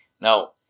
Now